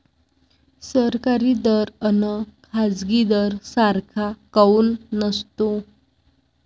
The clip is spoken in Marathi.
सरकारी दर अन खाजगी दर सारखा काऊन नसतो?